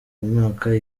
mwaka